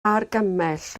argymell